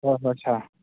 ꯍꯣꯏ ꯍꯣꯏ ꯁꯥꯔ